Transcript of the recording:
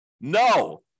No